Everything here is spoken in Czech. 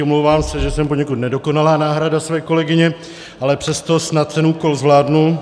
Omlouvám se, že jsem poněkud nedokonalá náhrada své kolegyně, ale přesto snad ten úkol zvládnu.